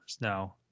Now